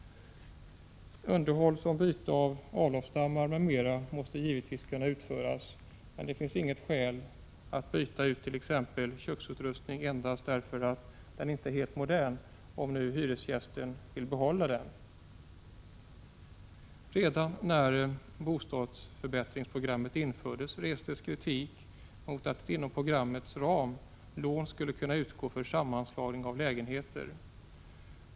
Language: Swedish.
Underhåll såsom byte av avloppsstammar m.m. måste givetvis kunna utföras, men det finns inget skäl att byta utt.ex. köksutrustning endast därför att den inte är helt modern om hyresgästen vill behålla den. Redan när bostadsförbättringsprogrammet infördes restes kritik mot att lån inom programmets ram skulle kunna utgå för sammanslagning av lägenheter.